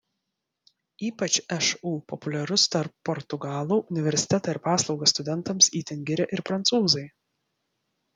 ypač šu populiarus tarp portugalų universitetą ir paslaugas studentams itin giria ir prancūzai